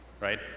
right